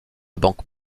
banque